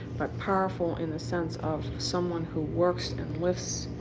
but powerful in the sense of someone who works and lifts